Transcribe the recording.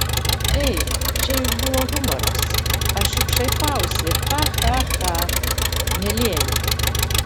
ei čia juk buvo humoras aš juk šaipausi cha cha cha mielieji